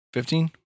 Fifteen